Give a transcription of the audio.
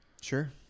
sure